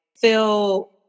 feel